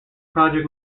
project